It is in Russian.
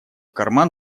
карман